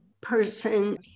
person